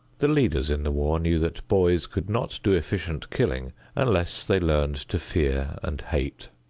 the leaders in the war knew that boys could not do efficient killing unless they learned to fear and hate.